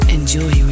Enjoy